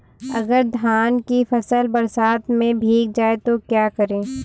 अगर धान की फसल बरसात में भीग जाए तो क्या करें?